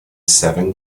seven